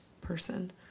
person